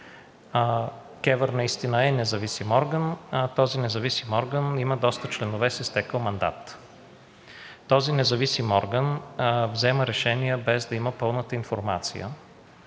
КЕВР наистина е независим орган. Този независим орган има доста членове с изтекъл мандат. Този независим орган взема решения, без да има пълната информация